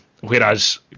Whereas